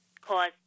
cause